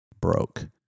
broke